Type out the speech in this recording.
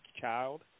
child